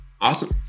Awesome